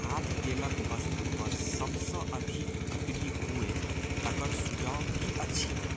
खाद्य तेलक वस्तु पर सबसँ अधिक बिक्री हुए तकर सुझाव की अछि